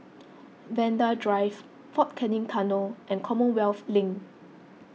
Vanda Drive fort Canning Tunnel and Commonwealth Link